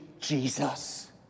Jesus